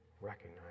recognize